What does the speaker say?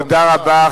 תודה רבה.